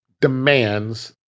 demands